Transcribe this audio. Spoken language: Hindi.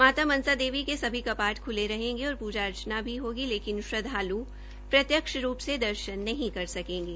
माता मनसा देवी के सभी कपाट ख्ले रहेंगे और पूजा अर्चना भी होगी लेकिन श्रद्धालू प्रत्यक्ष रूप से दर्शन नही कर सकेंगे